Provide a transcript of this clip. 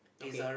okay